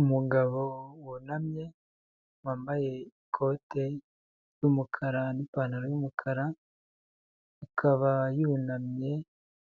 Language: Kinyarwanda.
Umugabo wunamye wambaye ikote ry'umukara n'ipantaro y'umukara akaba yunamye